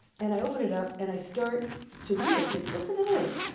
and i open it up and i start to read. i said, listen to this.